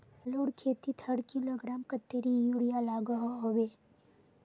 आलूर खेतीत हर किलोग्राम कतेरी यूरिया लागोहो होबे?